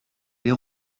les